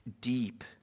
deep